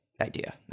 idea